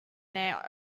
their